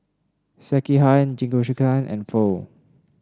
Sekihan Jingisukan and Pho